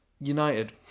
United